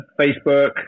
Facebook